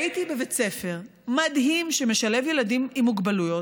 הייתי בבית ספר מדהים, שמשלב ילדים עם מוגבלויות.